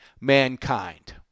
mankind